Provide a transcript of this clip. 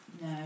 No